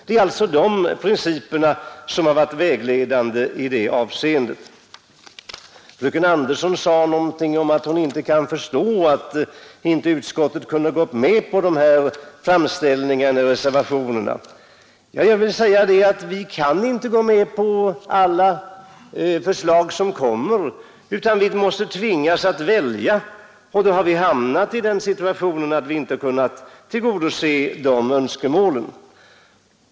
De principerna har således varit vägledande. Fröken Andersson i Stockholm sade att hon inte kan förstå att inte utskottet kunde ha gått med på framställningarna i reservationerna. Men vi kan inte gå med på alla förslag som väcks, utan vi tvingas välja, och då har vi hamnat i den situationen att vi inte kunnat tillgodose de önskemålen.